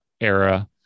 era